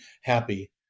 happy